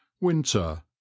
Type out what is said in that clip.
Winter